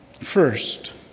First